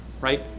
right